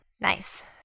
Nice